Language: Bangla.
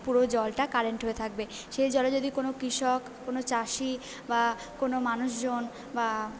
পুরো জলটা কারেন্ট হয়ে থাকবে সেই জলে যদি কোনো কৃষক কোনো চাষি বা কোনো মানুষজন বা